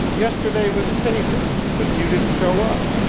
yesterday was pay-day, but you didn't show up.